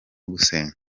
gusenga